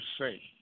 say